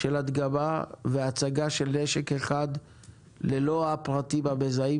להדגמה והצגה של נשק אחד ללא הפרטים המזהים